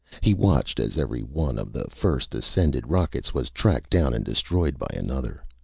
he watched as every one of the first-ascended rockets was tracked down and destroyed by another.